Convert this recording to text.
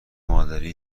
مادری